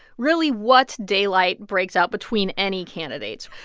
really, what daylight breaks out between any candidates.